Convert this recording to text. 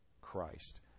Christ